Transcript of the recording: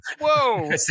Whoa